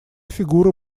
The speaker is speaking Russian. фигура